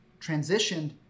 transitioned